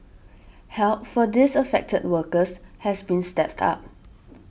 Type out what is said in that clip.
help for these affected workers has been stepped up